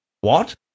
What